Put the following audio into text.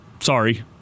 Sorry